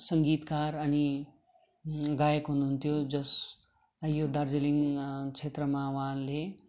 सङ्गीतकार अनि गायक हुनु हुन्थ्यो जसलाई यो दार्जिलिङ क्षेत्रमा उहाँले